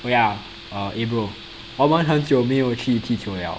oh ya eh bro 我们很久没有去踢球了